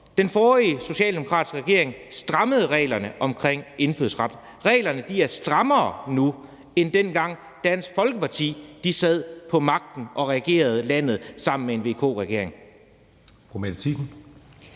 Den forrige socialdemokratiske regering strammede reglerne for indfødsret. Reglerne er strammere nu, end dengang Dansk Folkeparti sad på magten og regerede landet sammen med en VK-regering.